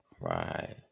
Right